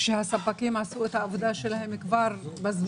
שהספקים עשו את העבודה שלהם בזמן,